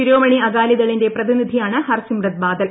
ശിരോമണി അഗാലിദളിന്റെ പ്രിതിനിധിയാണ് ഹർസിമ്രത് ബാദൽ